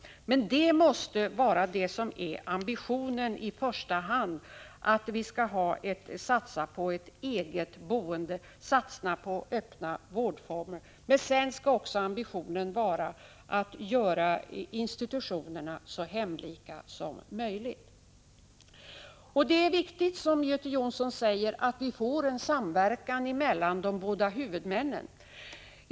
Ambitionen måste vara att i första hand satsa på ett eget boende och öppna vårdformer. Men sedan skall ambitionen också vara att göra institutionerna så hemlika som möjligt. Det är angeläget, som Göte Jonsson säger, att vi får en samverkan mellan de båda huvudmännen.